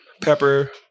pepper